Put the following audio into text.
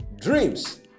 Dreams